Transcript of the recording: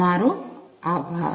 તમારો આભાર